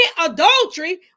adultery